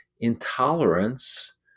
intolerance